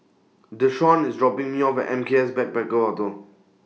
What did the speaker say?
Deshaun IS dropping Me off M K S Backpackers Hotel